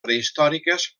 prehistòriques